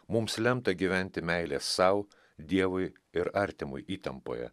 mums lemta gyventi meilės sau dievui ir artimui įtampoje